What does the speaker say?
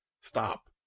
stop